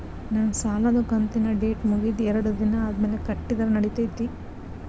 ನನ್ನ ಸಾಲದು ಕಂತಿನ ಡೇಟ್ ಮುಗಿದ ಎರಡು ದಿನ ಆದ್ಮೇಲೆ ಕಟ್ಟಿದರ ನಡಿತೈತಿ?